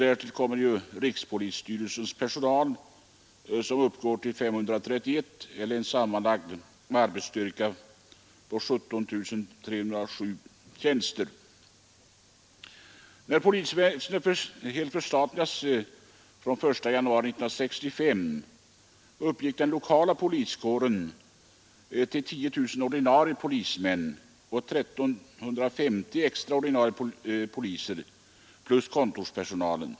Därtill kommer att rikspolisstyrelsen har 531 anställda. Det utgör en sammanlagd arbetsstyrka på 17 307 tjänster. När polisväsendet helt förstatligades den 1 januari 1965 uppgick den lokala poliskåren till 10 000 ordinarie polismän och 1 350 extra ordinarie poliser plus kontorspersonal.